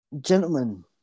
gentlemen